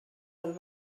del